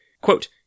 Quote